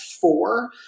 four